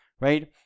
right